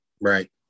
right